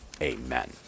Amen